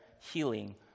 healing